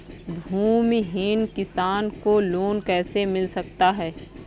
भूमिहीन किसान को लोन कैसे मिल सकता है?